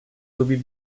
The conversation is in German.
sowie